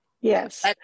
Yes